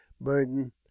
burden